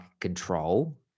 control